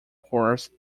course